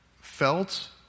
felt